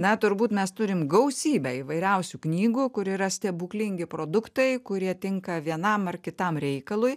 na turbūt mes turim gausybę įvairiausių knygų kur yra stebuklingi produktai kurie tinka vienam ar kitam reikalui